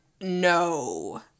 no